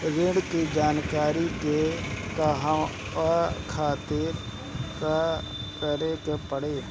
ऋण की जानकारी के कहवा खातिर का करे के पड़ी?